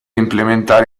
implementare